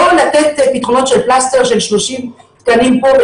לתת פתרונות של פלסטר של 30 תקנים פה,